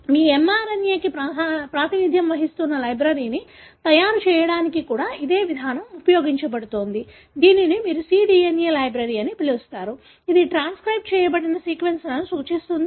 మీ mRNA కి ప్రాతినిధ్యం వహిస్తున్న లైబ్రరీని తయారు చేయడానికి కూడా ఇదే విధానం ఉపయోగించబడుతుంది దీనిని మీరు cDNA లైబ్రరీ అని పిలుస్తారు ఇది ట్రాన్స్క్రైబ్డ్ చేయబడిన సీక్వెన్స్లను సూచిస్తుంది